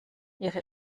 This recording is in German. ihre